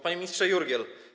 Panie Ministrze Jurgiel!